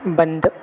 बंद